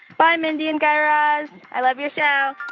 bye, mindy and guy raz. i love your show